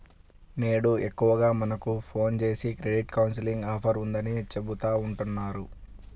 నేడు ఎక్కువగా మనకు ఫోన్ జేసి క్రెడిట్ కౌన్సిలింగ్ ఆఫర్ ఉందని చెబుతా ఉంటన్నారు